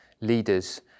leaders